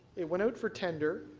it went out for tender,